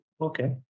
Okay